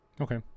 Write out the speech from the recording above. Okay